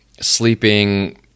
sleeping